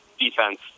defense